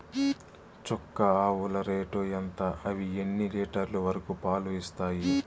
చుక్క ఆవుల రేటు ఎంత? అవి ఎన్ని లీటర్లు వరకు పాలు ఇస్తాయి?